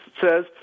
says